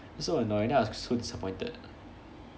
that's so annoying then I was so disappointed